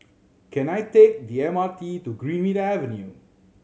can I take the M R T to Greenmead Avenue